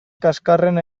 kaxkarrean